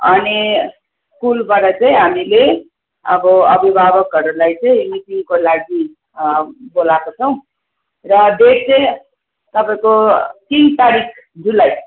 अनि स्कुलबाट चाहिँ हामीले अब अभिभावकहरूलाई चाहिँ मिटिङको लागि बोलाएको छौँ र डेट चाहिँ तपाईँको तिन तारिक जुलाई